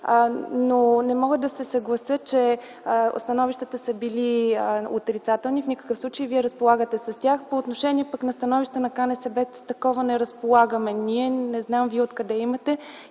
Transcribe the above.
Не мога да се съглася, че становищата са били отрицателни, в никакъв случай. Вие разполагате с тях. По отношение становището на КНСБ – с такова не разполагаме ние, не знам Вие откъде имате.